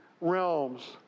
realms